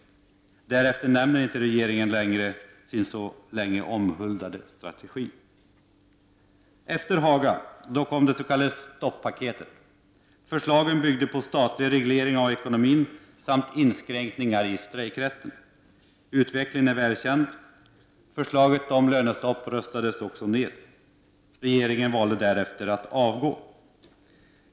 Därefter nämner inte regeringen längre sin så länge omhuldade strategi. Efter Hagaöverläggningarna kom det s.k. stoppaketet. Förslagen byggde på statlig reglering av ekonomin samt inskränkningar i strejkrätten. Utvecklingen är välkänd. Förslaget om lönestopp röstades ner. Regeringen valde därefter att avgå.